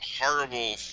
horrible